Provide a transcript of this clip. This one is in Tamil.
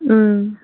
ம்